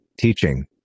teaching